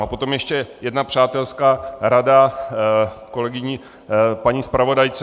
A potom ještě jedna přátelská rada kolegyni, paní zpravodajce.